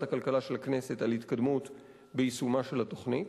הכלכלה של הכנסת על התקדמות ביישומה של התוכנית.